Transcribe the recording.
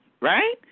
right